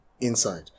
inside